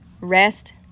Rest